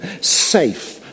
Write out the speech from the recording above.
safe